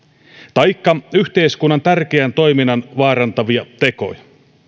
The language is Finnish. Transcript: taikka yhteiskunnan tärkeän toiminnan vaarantavia tekoja